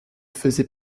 faisait